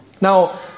Now